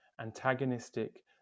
antagonistic